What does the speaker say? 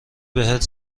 بهت